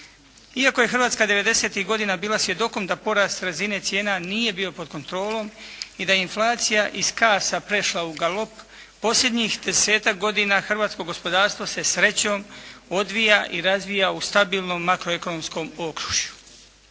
Iako je Hrvatska '90.-ih godina bila svjedokom da porast razine cijena nije bio pod kontrolom i da je inflacija iz kasa prešla u galop, posljednjih desetak godina hrvatsko gospodarstvo se srećom odvija i razvija u stabilnom makroekonomskom okružju.